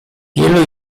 wielu